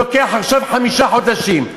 לוקח עכשיו חמישה חודשים.